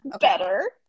Better